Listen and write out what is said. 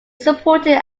supported